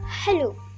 hello